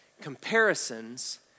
Comparisons